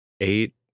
eight